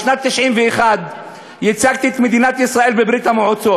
בשנת 1991 ייצגתי את מדינת ישראל בברית-המועצות,